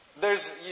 theres